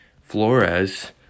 Flores